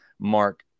Mark